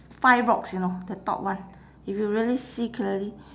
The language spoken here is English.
five rocks you know the top one if you really see clearly